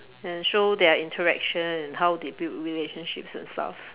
and show their interaction and how they build relationships and stuff